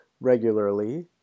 regularly